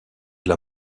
elle